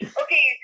okay